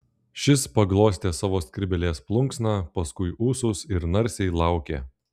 šis paglostė savo skrybėlės plunksną paskui ūsus ir narsiai laukė